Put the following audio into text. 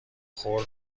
خرد